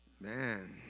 Man